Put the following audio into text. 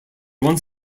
one